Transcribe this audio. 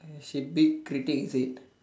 she big critic is it